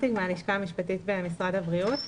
הלשכה המשפטית, משרד הבריאות.